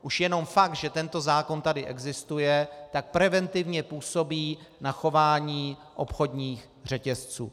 Už jenom fakt, že tento zákon tady existuje, tak preventivně působí na chování obchodních řetězců.